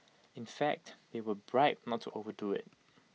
in fact they were bribed not to overdo IT